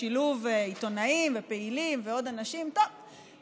בשילוב עיתונאים ופעילים ועוד אנשים: טוב,